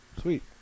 Sweet